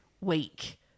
week